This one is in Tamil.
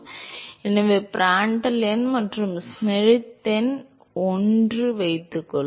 மேலும் Prandtl எண் மற்றும் Schmidt எண் ஒன்று என்று வைத்துக்கொள்வோம்